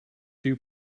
dew